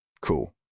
Cool